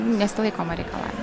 nesilaikoma reikalavimų